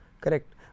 Correct